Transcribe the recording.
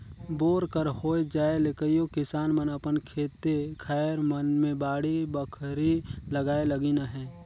bore कर होए जाए ले कइयो किसान मन अपन खेते खाएर मन मे बाड़ी बखरी लगाए लगिन अहे